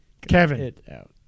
Kevin